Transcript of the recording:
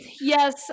yes